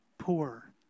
poor